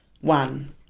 one